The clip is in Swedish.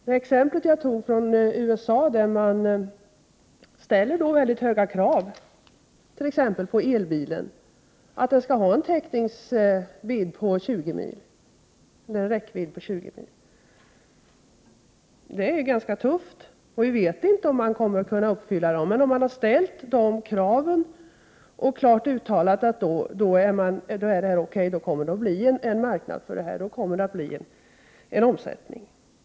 Jag tog ett exempel från USA, där man ställer väldigt höga krav t.ex. på att elbilen skall ha en räckvidd på 20 mil. Det är ganska tufft, och vi vet inte om man kommer att kunna uppfylla kraven. Men man har ställt dem och klart uttalat att uppfylls de är det O.K. Då blir det en marknad, då kommer det att bli en omsättning.